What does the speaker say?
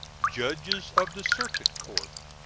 judges of the circuit court,